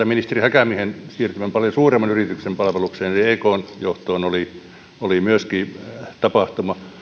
ministeri häkämiehen siirtyminen paljon suuremman yrityksen palvelukseen eli ekn johtoon oli oli myöskin tapahtuma